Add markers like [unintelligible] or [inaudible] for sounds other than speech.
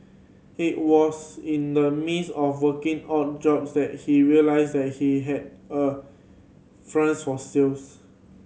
it was in the midst of working odd jobs that he realised that he had a [unintelligible] for sales